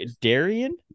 Darian